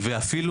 ואפילו,